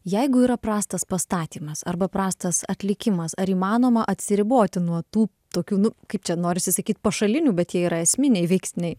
jeigu yra prastas pastatymas arba prastas atlikimas ar įmanoma atsiriboti nuo tų tokių nu kaip čia norisi sakyt pašalinių bet jie yra esminiai veiksniai